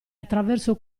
attraverso